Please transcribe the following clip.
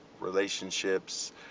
relationships